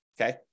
okay